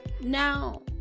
Now